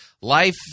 Life